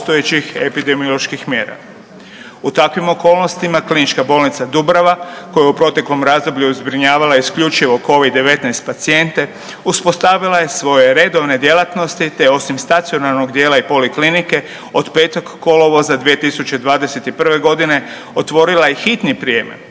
U takvim okolnostima KBC Dubrava koja je u proteklom razdoblju zbrinjavala isključivo Covid-19 pacijente uspostavila je svoje redovne djelatnosti te osim stacionarnog dijela i poliklinike, od 5. kolovoza 2021. g. otvorila je hitni prijem.